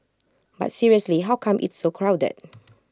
but seriously how come it's so crowded